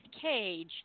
cage